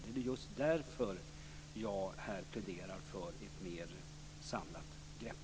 Det är just därför som jag här pläderar för ett mer samlat grepp.